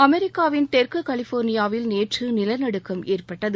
அமெரிக்காவின் தெற்கு கலிஃபோர்னியாவில் நேற்று நிலநடுக்கம் ஏற்பட்டது